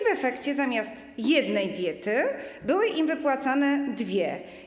W efekcie zamiast jednej diety były im wypłacane dwie.